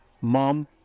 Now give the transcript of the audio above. Mom